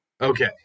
okay